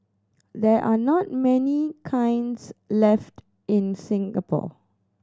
there are not many kilns left in Singapore